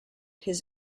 his